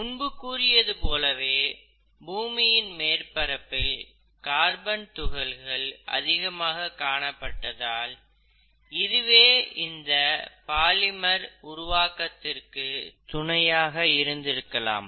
முன்பு கூறியது போலவே பூமியின் மேற்பரப்பில் கார்பன் துகள்கள் அதிகமாக காணப்பட்டதால் இதுவே இந்த பாலிமர் உருவாகுவதற்கு துணையாக இருந்து இருக்கலாம்